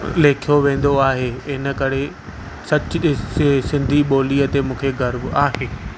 लिखियो वेंदो आहे हिन करे सचु सिंधी ॿोलीअ ते मूंखे गर्व आहे